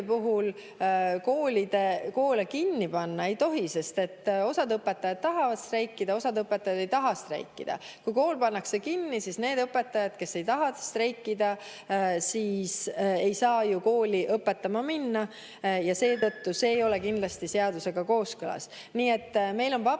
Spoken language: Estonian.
seda, et koole kinni panna ei tohi, sest et osa õpetajaid tahab streikida, osa õpetajaid ei taha streikida. Kui kool pannakse kinni, siis need õpetajad, kes ei taha streikida, ei saa ju kooli õpetama minna, aga see ei ole kindlasti seadusega kooskõlas. Nii et meil on vaba